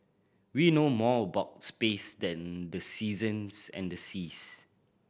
we know more about space than the seasons and the seas